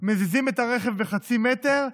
מזיזים את הרכב בחצי מטר,